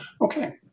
Okay